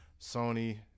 Sony